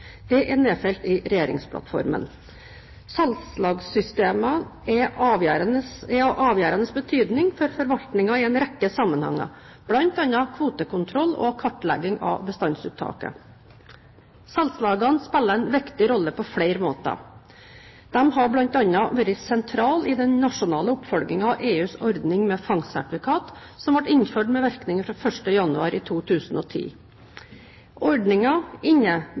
er nedfelt i regjeringsplattformen. Salgslagssystemene er av avgjørende betydning for forvaltningen i en rekke sammenhenger, bl.a. kvotekontroll og kartlegging av bestandsuttaket. Salgslagene spiller en viktig rolle på flere måter. De har bl.a. vært sentrale i den nasjonale oppfølgingen av EUs ordning med fangstsertifikat som ble innført med virkning fra 1. januar 2010.